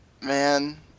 man